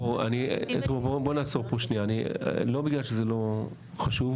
בואו נעצור פה שנייה לא בגלל שזה לא חשוב,